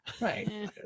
Right